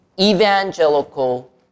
evangelical